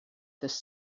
this